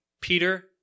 Peter